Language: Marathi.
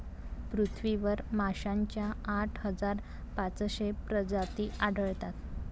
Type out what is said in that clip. पृथ्वीवर माशांच्या आठ हजार पाचशे प्रजाती आढळतात